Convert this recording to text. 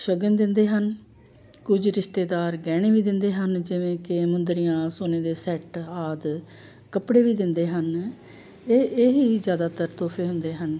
ਸ਼ਗਨ ਦਿੰਦੇ ਹਨ ਕੁਝ ਰਿਸ਼ਤੇਦਾਰ ਗਹਿਣੇ ਵੀ ਦਿੰਦੇ ਹਨ ਜਿਵੇਂ ਕਿ ਮੁੰਦਰੀਆਂ ਸੋਨੇ ਦੇ ਸੈੱਟ ਆਦਿ ਕੱਪੜੇ ਵੀ ਦਿੰਦੇ ਹਨ ਇਹ ਇਹ ਹੀ ਜ਼ਿਆਦਾਤਰ ਤੋਹਫੇ ਹੁੰਦੇ ਹਨ